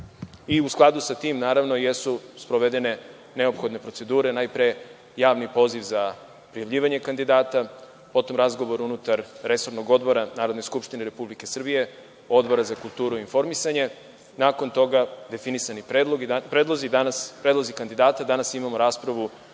U skladu sa tim, naravno, jesu sprovedene neophodne procedure, najpre javni poziv za prijavljivanje kandidata, potom razgovor unutar resornog odbora Narodne skupštine Republike Srbije, Odbora za kulturu i informisanje, nakon toga definisani predlozi, a danas imamo raspravu